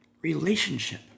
relationship